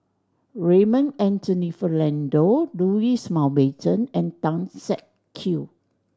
Raymond Anthony Fernando Louis Mountbatten and Tan Siak Kew